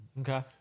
okay